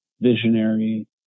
visionary